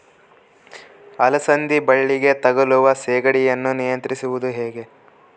ಅಲಸಂದಿ ಬಳ್ಳಿಗೆ ತಗುಲುವ ಸೇಗಡಿ ಯನ್ನು ನಿಯಂತ್ರಿಸುವುದು ಹೇಗೆ?